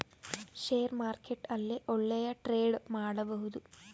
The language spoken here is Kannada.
ಷೇರ್ ಮಾರ್ಕೆಟ್ ಅಲ್ಲೇ ಒಳ್ಳೆಯ ಟ್ರೇಡ್ ಮಾಡಬಹುದು